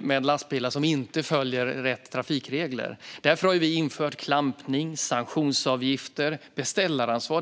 med lastbilar som inte följer rätt trafikregler. Därför har vi infört klampning, sanktionsavgifter och beställaransvar.